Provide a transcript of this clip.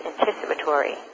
anticipatory